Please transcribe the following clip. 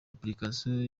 application